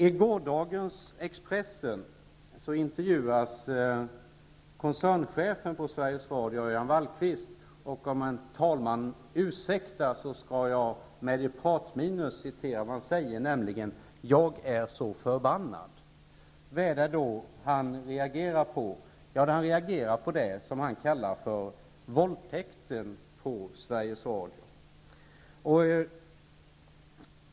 I gårdagens Expressen intervjuades koncernchefen för Sveriges Radio, Örjan Wallqvist. Om herr talman ursäktar vill jag citera vad han säger, nämligen: ''Jag är så förbannad.'' Vad är det han reagerar mot? Han reagerar mot det som han kallar för våldtäkten på Sveriges Radio.